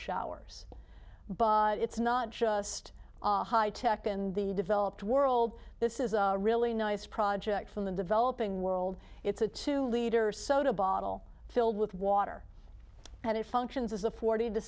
showers but it's not just high tech in the developed world this is a really nice project from the developing world it's a two liter soda bottle filled with water and it functions as a forty to